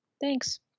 thanks